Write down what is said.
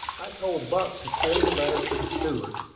i told buck to carry the letter to the steward,